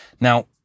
Now